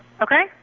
Okay